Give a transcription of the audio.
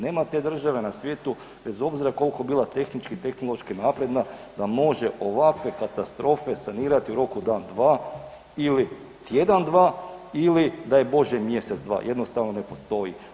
Nema te države na svijetu bez obzira koliko bila tehnički i tehnološki napredna da može ovakve katastrofe sanirati u roku dan dva ili tjedan dva ili daj Bože mjesec dva, jednostavno ne postoji.